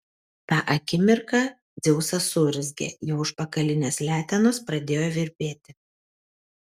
tą akimirką dzeusas suurzgė jo užpakalinės letenos pradėjo virpėti